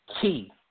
key